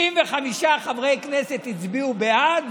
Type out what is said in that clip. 65 חברי כנסת הצביעו בעד,